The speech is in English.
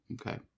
okay